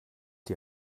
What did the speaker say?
die